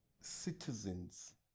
citizens